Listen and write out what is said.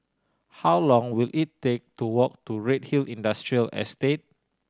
how long will it take to walk to Redhill Industrial Estate